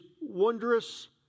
wondrous